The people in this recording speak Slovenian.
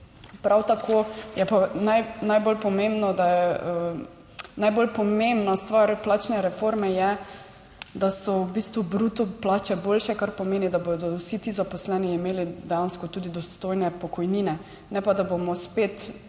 dveh let. Najbolj pomembna stvar plačne reforme, je, da so v bistvu bruto plače boljše, kar pomeni, da bodo vsi ti zaposleni imeli dejansko tudi dostojne pokojnine ne pa, da bomo spet